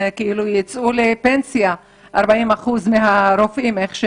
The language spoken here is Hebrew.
ייצאו לפנסיה 40% מהרופאים.